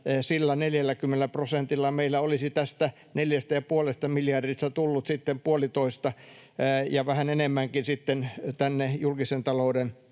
sillä 40 prosentilla meillä olisi tästä neljästä ja puolesta miljardista tullut puolitoista ja vähän enemmänkin tänne julkisen talouden